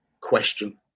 question